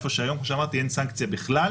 איפה שהיום כפי שאמרתי אין סנקציה בכלל.